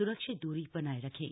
स्रक्षित दूरी बनाए रखें